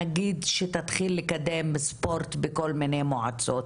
שתתחיל לקדם ספורט בכל מיני מועצות,